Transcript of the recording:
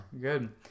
good